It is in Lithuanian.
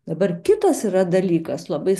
dabar kitas yra dalykas labai